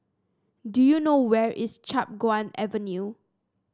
do you know where is Chiap Guan Avenue